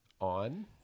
on